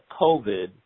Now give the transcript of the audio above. COVID